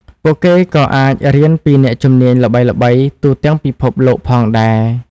ពួកគេក៏អាចរៀនពីអ្នកជំនាញល្បីៗទូទាំងពិភពលោកផងដែរ។